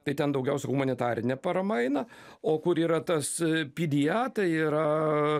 tai ten daugiausia humanitarinė parama eina o kur yra tas pydya tai yra